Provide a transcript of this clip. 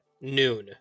noon